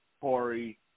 Corey